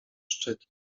szczyt